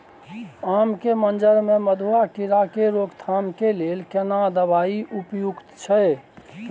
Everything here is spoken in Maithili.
आम के मंजर में मधुआ कीरा के रोकथाम के लेल केना दवाई उपयुक्त छै?